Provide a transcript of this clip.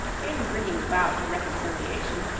in bringing about a reconciliation,